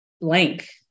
blank